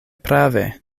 prave